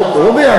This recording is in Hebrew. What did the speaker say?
רובי,